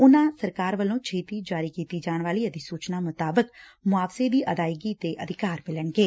ਉਨੁਾ ਨੂੰ ਸਰਕਾਰ ਵੱਲੋ ਛੇਤੀ ਜਾਰੀ ਕੀਤੀ ਜਾਣ ਵਾਲੀ ਅਧੀਸੂਚਨਾ ਮੁਤਾਬਿਕ ਮੁਆਵਜ਼ੇ ਦੀ ਅਦਾਇਗੀ ਦੇ ਅਧਿਕਾਰ ਮਿਲਣਗੇ